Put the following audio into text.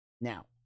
Now